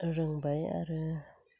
रोंबाय आरो